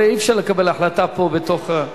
הרי אי-אפשר לקבל החלטה פה, בתוך,